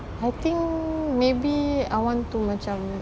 I think maybe I want to macam